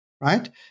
Right